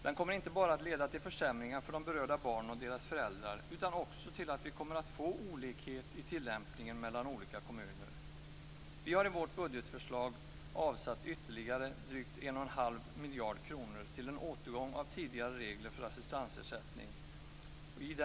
Den kommer inte bara att leda till försämringar för de berörda barnen och deras föräldrar, utan också att leda till att vi kommer att få olikhet i tillämpningen mellan olika kommuner. Vi har i vårt budgetförslag avsatt ytterligare drygt 1,5 miljarder kronor till en återgång till tidigare regler för assistansersättning.